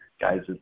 guys